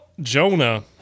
Jonah